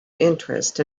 interest